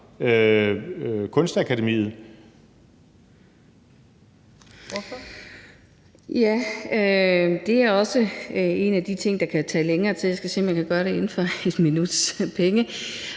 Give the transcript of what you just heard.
Broman Mølbæk (SF): Ja, det er også en af de ting, det kan tage længere tid at svare på. Jeg skal se, om jeg kan gøre det inden for et minuts penge.